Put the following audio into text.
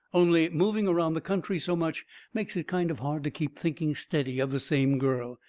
only moving around the country so much makes it kind of hard to keep thinking steady of the same girl.